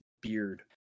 beard